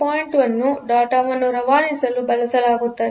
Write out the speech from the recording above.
1 ಅನ್ನು ಡೇಟಾವನ್ನು ರವಾನಿಸಲು ಬಳಸಲಾಗುತ್ತದೆ